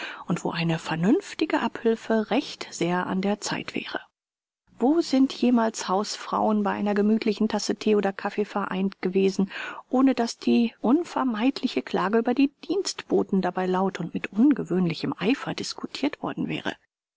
und wo eine vernünftige abhülfe recht sehr an der zeit wäre wo sind jemals hausfrauen bei einer gemüthlichen tasse thee oder kaffee vereinigt gewesen ohne daß die unvermeidliche klage über die dienstboten dabei laut und mit ungewöhnlichem eifer discutirt worden wäre